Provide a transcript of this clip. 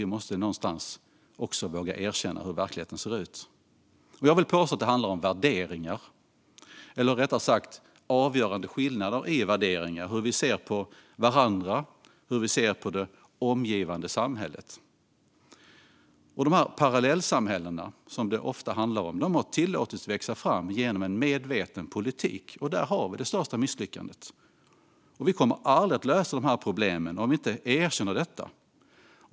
Vi måste någonstans våga erkänna hur verkligheten ser ut. Jag vill påstå att det handlar om värderingar, eller rättare sagt om avgörande skillnader i värderingar och i hur vi ser på varandra och på det omgivande samhället. De parallellsamhällen som det ofta handlar om har tillåtits att växa fram genom en medveten politik. Där har vi det största misslyckandet. Vi kommer aldrig att lösa dessa problem om vi inte erkänner detta.